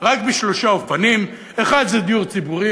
רק בשלושה אופנים: האחד זה דיור ציבורי.